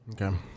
Okay